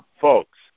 folks